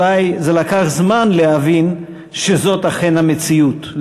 אולי זה לקח זמן להבין שזאת אכן המציאות,